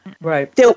right